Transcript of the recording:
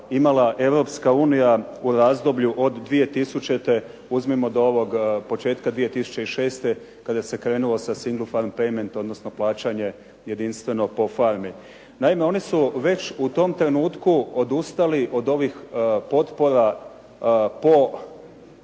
Europska unija u razdoblju od 2000. uzmimo do ovog početka 2006. kada se krenulo sa .../Govornik govori engleski, ne razumije se./... odnosno plaćanje jedinstveno po farmi. Naime, oni su već u tom trenutku odustali od ovih potpora po